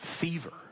fever